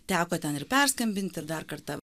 teko ten ir perskambinti ir dar kartą